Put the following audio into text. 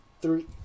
three